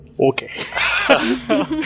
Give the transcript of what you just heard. Okay